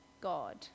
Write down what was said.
God